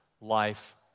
life